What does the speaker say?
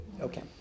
okay